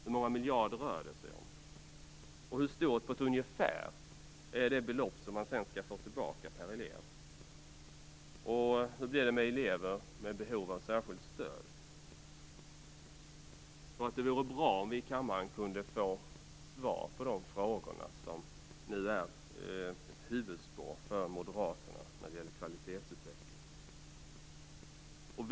Hur många miljarder rör det sig om? Hur stort, på ett ungefär, är det belopp som man sedan skall få tillbaka per elev? Hur blir det med elever med behov av särskilt stöd? Det vore bra om vi i kammaren kunde få svar på de frågorna om det som nu är ett huvudspår för moderaterna när det gäller kvalitetsutveckling.